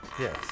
Yes